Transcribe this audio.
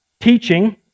teaching